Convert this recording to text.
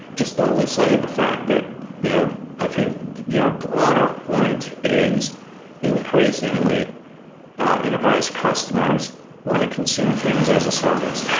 just don't lose sight of the fact that you know i think your broader point is increasingly increasingly enterprise customers want to consume things as a service,